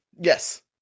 Yes